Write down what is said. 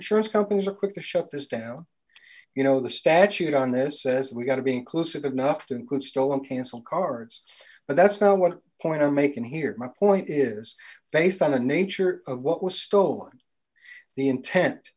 sure if companies are quick to shut this down you know the statute on this says we've got to be inclusive enough to include stolen cancel cards but that's not what point i'm making here my point is based on the nature of what was stolen the intent